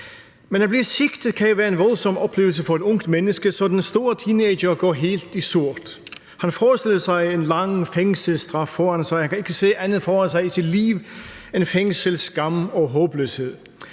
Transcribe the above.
Men at blive sigtet kan jo være en voldsom oplevelse for et ungt menneske, så den store teenager går helt i sort. Han forestiller sig en lang fængselsstraf, og han kan ikke se andet for sig i sit liv end fængsel, skam og håbløshed.